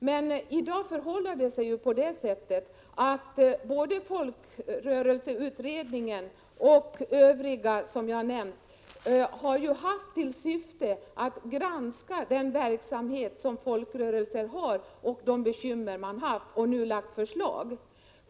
Men folkrörelseutredningen och de andra utredningar som jag har nämnt har haft till syfte att granska den verksamhet som folkrörelserna bedriver och de bekymmer de haft, och dessa utredningar har nu framlagt sina förslag.